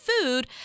food